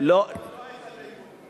לא היתה התנגדות.